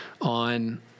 on